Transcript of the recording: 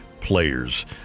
players